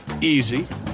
Easy